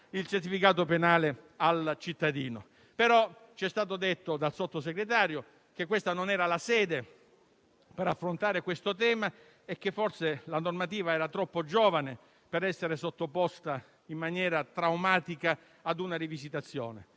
il certificato penale al cittadino. Ci è stato detto dal Sottosegretario che questa non era la sede per affrontare il tema e che forse la normativa era troppo giovane per essere sottoposta a una rivisitazione